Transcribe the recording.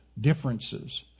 differences